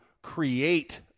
create